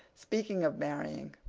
speaking of marrying,